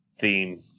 theme